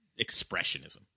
expressionism